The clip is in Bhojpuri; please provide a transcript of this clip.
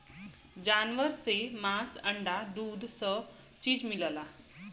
जानवर से मांस अंडा दूध स चीज मिलला